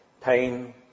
pain